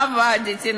עבדתי,